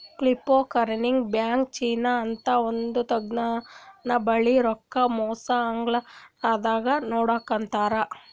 ಕ್ರಿಪ್ಟೋಕರೆನ್ಸಿಗ್ blockchain ಅಂತ್ ಒಂದ್ ತಂತಜ್ಞಾನ್ ಬಳ್ಸಿ ರೊಕ್ಕಾ ಮೋಸ್ ಆಗ್ಲರದಂಗ್ ನೋಡ್ಕೋತಾರ್